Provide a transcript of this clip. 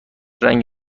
رنگ